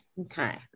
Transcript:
Okay